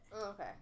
Okay